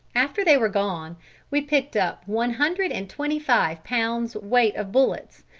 after they were gone we picked up one hundred and twenty-five pounds weight of bullets,